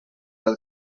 del